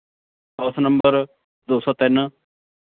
house number ਦੋ ਸੌ ਤਿੰਨ